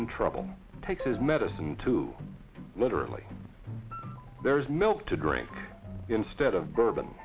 and trouble to take his medicine too literally there's milk to drink instead of bourbon